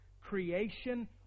creation